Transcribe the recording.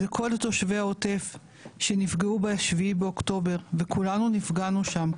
זה כל תושבי העוטף שנפגעו ב-7 באוקטובר וכולנו נפגענו שם.